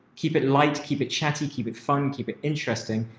keep it light, keep it chatty, keep it fun, keep it interesting,